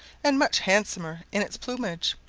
and much handsomer in its plumage,